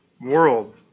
world